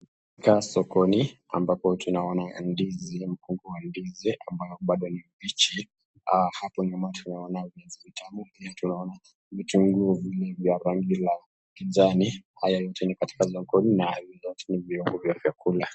Hapa ni sokoni ambapo tunaona mgomba wa ndizi ambao bado ni mbichi, hapo nyuma tunaona viazi vitamu, vitunguu vya rangi ya kijani, haya yote ni katika sokoni hivi vyote ni vyombo vya chakula.